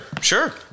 sure